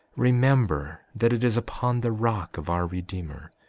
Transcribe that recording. remember that it is upon the rock of our redeemer,